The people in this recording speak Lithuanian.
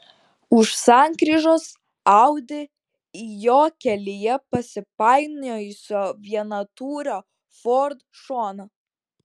už sankryžos audi į jo kelyje pasipainiojusio vienatūrio ford šoną